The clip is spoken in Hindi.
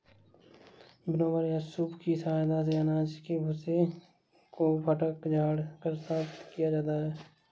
विनोवर या सूप की सहायता से अनाज के भूसे को फटक झाड़ कर साफ किया जाता है